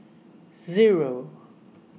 zero